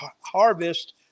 harvest